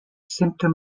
symptom